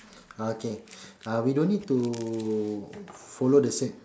okay uh we don't need to follow the same